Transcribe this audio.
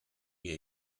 gave